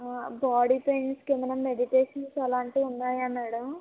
body పైన్స్కి ఏమన్న meditations అలాంటివున్నాయా మేడం